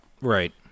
Right